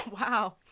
wow